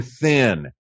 thin